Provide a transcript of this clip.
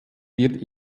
wird